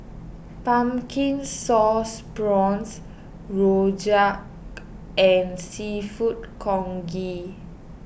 Pumpkin Sauce Prawns Rojak and Seafood Congee